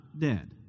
dead